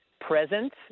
present